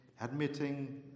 admitting